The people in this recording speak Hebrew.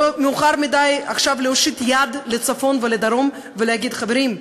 לא מאוחר מדי עכשיו להושיט יד לצפון ולדרום ולהגיד: חברים,